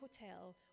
hotel